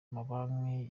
amabanki